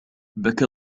بكى